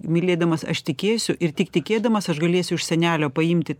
mylėdamas aš tikėsiu ir tik tikėdamas aš galėsiu iš senelio paimti